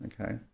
okay